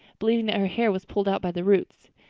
believing that her hair was pulled out by the roots.